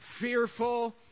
fearful